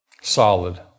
solid